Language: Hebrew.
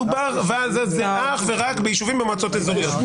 מדובר אך ורק ביישובים במועצות אזוריות.